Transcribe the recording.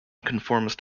conformist